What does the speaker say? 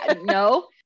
no